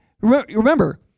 remember